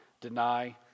deny